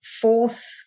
fourth